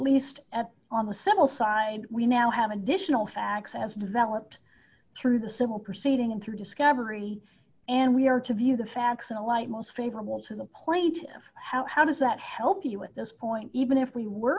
least at on the civil side we now have additional facts as developed through the civil proceeding through discovery and we are to view the facts in a light most favorable to the point how how does that help you with this point even if we were